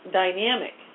dynamic